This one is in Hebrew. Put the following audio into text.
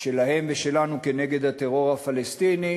שלהם ושלנו כנגד הטרור הפלסטיני,